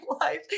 life